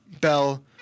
Bell